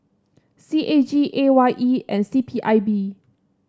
C A G A Y E and C P I B